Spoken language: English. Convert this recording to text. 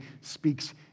speaks